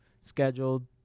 scheduled